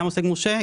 גם עוסק מורשה,